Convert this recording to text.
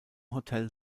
hotel